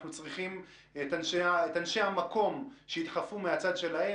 אנחנו צריכים את אנשי המקום שידחפו מהצד שלהם.